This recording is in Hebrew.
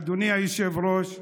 אדוני היושב-ראש,